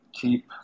keep